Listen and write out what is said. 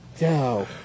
no